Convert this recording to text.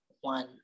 one